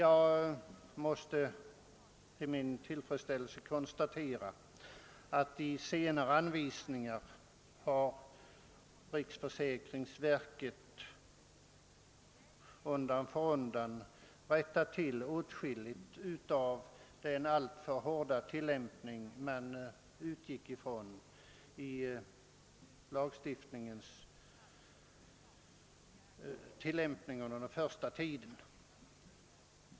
Till min tillfredsställelse kan jag konstatera att riksförsäkringsverket undan för undan rättat till åtskilligt i an visningarna och frångått den alltför hårda tillämpning man utgick från under den första tiden.